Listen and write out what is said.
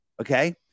Okay